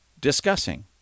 discussing